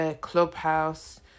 Clubhouse